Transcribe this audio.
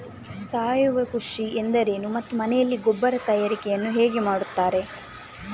ಸಾವಯವ ಕೃಷಿ ಎಂದರೇನು ಮತ್ತು ಮನೆಯಲ್ಲಿ ಗೊಬ್ಬರ ತಯಾರಿಕೆ ಯನ್ನು ಹೇಗೆ ಮಾಡುತ್ತಾರೆ?